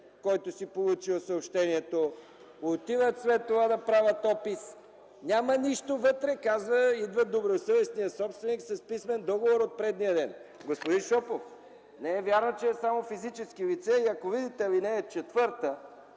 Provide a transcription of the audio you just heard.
който си получил съобщението, отиват след това да правят опис, вътре няма нищо. Идва добросъвестният собственик с писмен договор от предния ден. Господин Шопов, не е вярно, че е само физическо лице. Ако видите ал. 4,